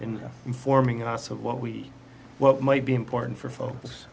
in informing us of what we what might be important for folks